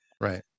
Right